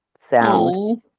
sound